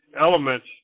elements